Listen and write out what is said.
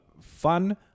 fun